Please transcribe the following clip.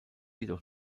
jedoch